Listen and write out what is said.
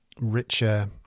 richer